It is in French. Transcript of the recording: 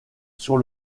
sur